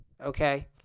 okay